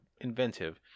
inventive